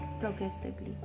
progressively